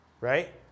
Right